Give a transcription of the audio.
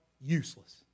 useless